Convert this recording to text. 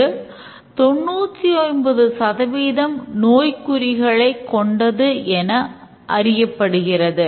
இது 99 சதவீதம் நோய்க்குறிகளை கொண்டது என அறியப்படுகிறது